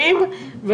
ילדים,